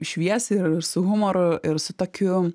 šviesiai ir su humoru ir su tokiu